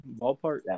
Ballpark